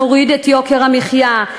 נוריד את יוקר המחיה,